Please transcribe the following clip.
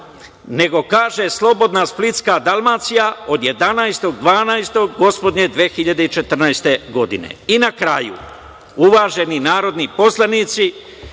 nego kaže „Slobodna splitska Dalmacija“ od 11.12. gospodnje 2014. godine. Na kraju, uvaženi narodni poslanici,